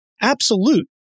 absolute